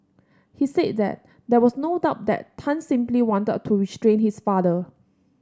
he said that there was no doubt that Tan simply wanted to restrain his father